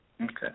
Okay